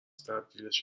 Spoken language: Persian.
تبدیلش